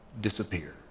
disappear